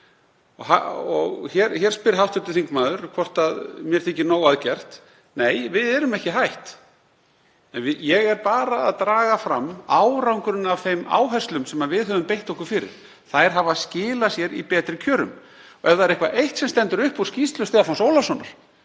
Hér spyr hv. þingmaður hvort mér þyki nóg að gert. Nei, við erum ekki hætt. Ég er bara að draga fram árangurinn af þeim áherslum sem við höfum beitt okkur fyrir. Þær hafa skilað sér í betri kjörum. Ef það er eitthvað eitt sem stendur upp úr skýrslu Stefáns Ólafssonar